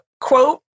quote